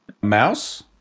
Mouse